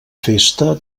festa